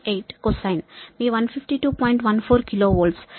14 KV